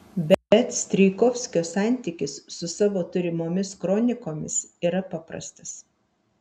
bet strijkovskio santykis su savo turimomis kronikomis yra paprastas